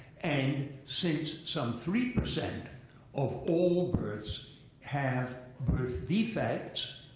and since some three percent of all births have birth defects,